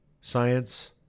science